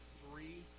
three